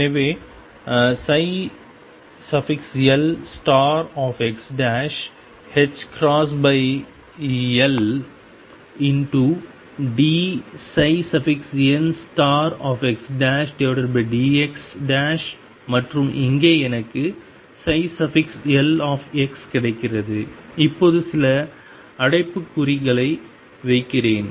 எனவே lxidnxdx மற்றும் இங்கே எனக்கு l கிடைக்கிறது இப்போது சில அடைப்புக்குறிகளை வைக்கிறேன்